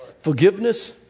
Forgiveness